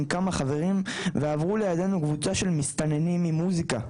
כמה חברים ועברו לידינו קבוצה של מסתננים עם מוסיקה,